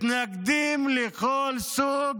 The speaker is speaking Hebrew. מתנגדים לכל סוג,